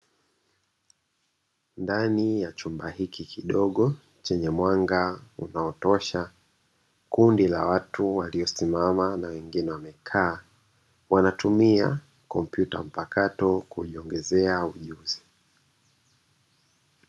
Ndani ya chumba hiki kidogo chenye mwanga unaotosha, kundi la watu waliosimama na wengine wamekaa wanatumia kompyuta mpakato kujiongezea ujuzi.